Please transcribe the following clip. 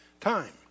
time